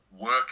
work